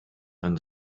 einen